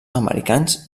americans